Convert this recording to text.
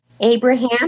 Abraham